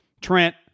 Trent